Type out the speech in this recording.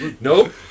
nope